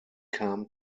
kam